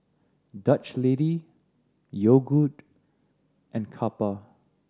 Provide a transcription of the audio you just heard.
Dutch Lady Yogood and Kappa